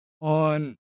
on